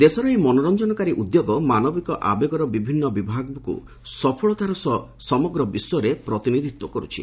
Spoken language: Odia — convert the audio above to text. ଦେଶର ଏହି ମନୋର୍ଚ୍ଚନକାରୀ ଉଦ୍ୟୋଗ ମାନବିକ ଆବେଗର ବିଭିନ୍ନ ବିଭାବକୁ ସଫଳତାର ସହ ସମଗ୍ର ବିଶ୍ୱରେ ପ୍ରତିନିଧିତ୍ୱ କରୁଛି